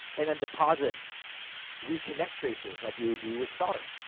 and then deposit reconnect traces. like, we would do with solder.